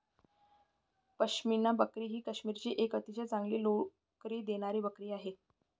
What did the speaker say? पश्मिना बकरी ही काश्मीरची एक अतिशय चांगली लोकरी देणारी बकरी आहे